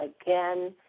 again